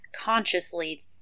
consciously